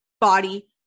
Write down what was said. body